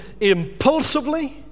impulsively